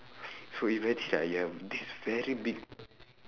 so imagine like you have this very big